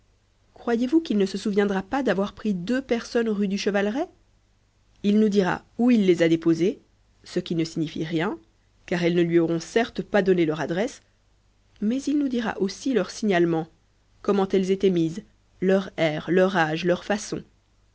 croyez-vous qu'il ne se souviendra pas d'avoir pris deux personnes rue du chevaleret il nous dira où il les a déposées ce qui ne signifie rien car elles ne lui auront certes pas donné leur adresse mais il nous dira aussi leur signalement comment elles étaient mises leur air leur âge leurs façons